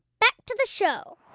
back to the show